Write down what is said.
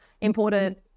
important